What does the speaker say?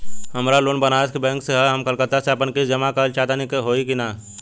हमार लोन बनारस के बैंक से ह हम कलकत्ता से आपन किस्त जमा कइल चाहत हई हो जाई का?